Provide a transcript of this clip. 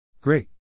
Great